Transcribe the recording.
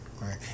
right